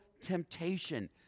temptation